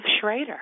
Schrader